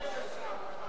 זה תקלה, רבותי.